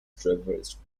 traversed